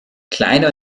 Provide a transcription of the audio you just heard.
kleine